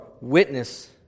witness